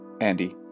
Andy